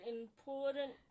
important